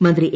മന്ത്രി എ